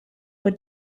for